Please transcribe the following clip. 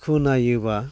खोनायोबा